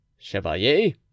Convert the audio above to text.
Chevalier